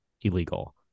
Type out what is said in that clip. illegal